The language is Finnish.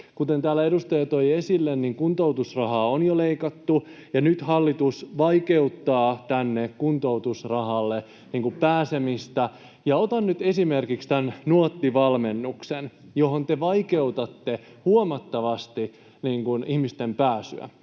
Kuten täällä edustaja toi esille, kuntoutusrahaa on jo leikattu ja nyt hallitus vaikeuttaa kuntoutusrahalle pääsemistä. Otan nyt esimerkiksi tämän Nuotti-valmennuksen, johon te vaikeutatte huomattavasti ihmisten pääsyä.